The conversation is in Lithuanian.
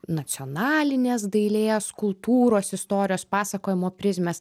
nacionalinės dailės kultūros istorijos pasakojimo prizmės